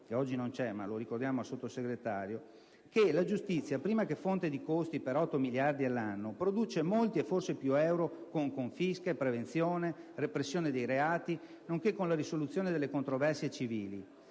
che oggi non c'è, ma ci rivolgiamo al Sottosegretario - che la giustizia, prima che fonte di costi per otto miliardi l'anno, produce molti e forse più euro con confische, prevenzione e repressione dei reati, nonché con la risoluzione delle controversie civili.